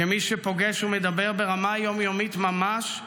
כמי שפוגש ומדבר ברמה היום-יומית ממש,